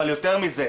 אבל יותר מזה,